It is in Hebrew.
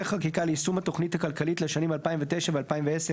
חקיקה ליישום התוכנית הכלכלית לשנים 2009 ו-2010/,